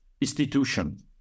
institution